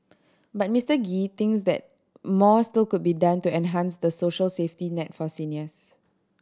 but Mister Gee thinks that more still could be done to enhance the social safety net for seniors